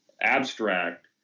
abstract